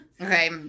Okay